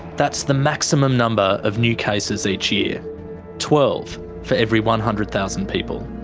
that's the maximum number of new cases each year twelve for every one hundred thousand people.